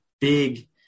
big